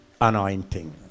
anointing